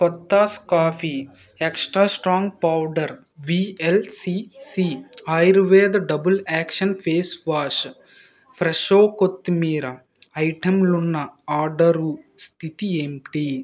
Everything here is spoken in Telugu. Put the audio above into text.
Kothas coffee extra strong powder VLCC ayurveda double action face wash Fresho కొత్తిమీర ఐటెంలున్న ఆర్డరు స్థితి ఏంటి